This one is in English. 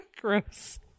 gross